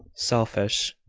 selfish.